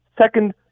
second